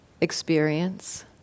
experience